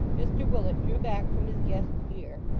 mr willet drew back from his guest's ear,